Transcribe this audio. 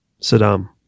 saddam